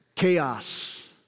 Chaos